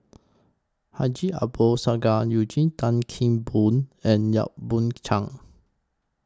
Haji Ambo Sooloh Eugene Tan Kheng Boon and Yap Boon Chuan